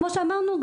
כמו שאמרנו,